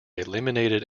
eliminated